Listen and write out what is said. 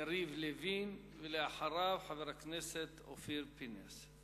יריב לוין, ואחריו, חבר הכנסת אופיר פינס.